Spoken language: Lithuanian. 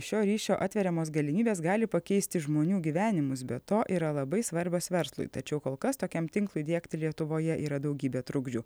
šio ryšio atveriamos galimybės gali pakeisti žmonių gyvenimus be to yra labai svarbios verslui tačiau kol kas tokiam tinklui įdiegti lietuvoje yra daugybė trukdžių